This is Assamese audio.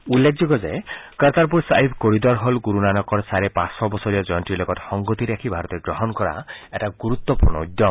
উল্লেখযোগ্য যে কৰ্টাৰপুৰ ছাহিব কৰিডৰ হল গুৰুনানকৰ চাৰে পাঁচ শ বছৰীয়া জয়ন্তীৰ লগত সংগতি ৰাখি ভাৰতে গ্ৰহণ কৰা এটা গুৰুত্বপূৰ্ণ উদ্যম